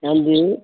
ਹਾਂਜੀ